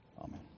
Amen